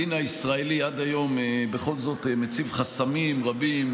עד היום הדין הישראלי בכל זאת מציב חסמים רבים,